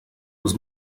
was